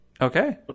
okay